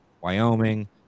Wyoming